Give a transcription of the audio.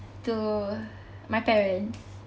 to my parents